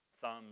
thumbs